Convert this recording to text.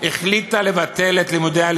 החליטה לבטל את לימודי הליבה.